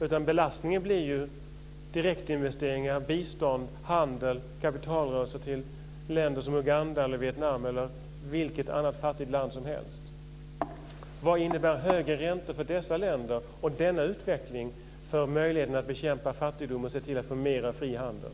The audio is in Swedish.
Det blir belastning på direktinvesteringar, bistånd, handel och kapitalrörelser gällande Uganda, Vietnam eller vilket annat fattigt land som helst. Vad innebär högre räntor för dessa länder, och vad innebär denna utveckling för möjligheten att bekämpa fattigdom och få mera fri handel?